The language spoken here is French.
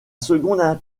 seconde